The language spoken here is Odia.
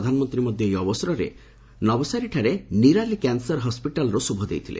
ପ୍ରଧାନମନ୍ତ୍ରୀ ମଧ୍ୟ ଏହି ଅବସରରେ ନବସାରୀଠାରେ ନିରାଲି କ୍ୟାନ୍ସର ହସ୍କିଟାଲ୍ର ଶ୍ରୁଭ ଦେଇଥିଲେ